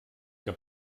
que